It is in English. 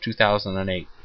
2008